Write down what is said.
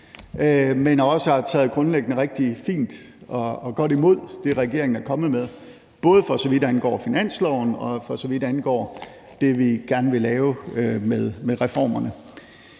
man har også grundlæggende taget rigtig fint og godt imod det, regeringen er kommet med, både for så vidt angår finansloven, og for så vidt angår det, vi gerne vil lave med reformerne.